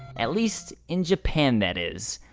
at least, in japan that is.